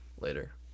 Later